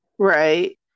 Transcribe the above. Right